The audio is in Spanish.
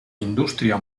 industria